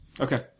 Okay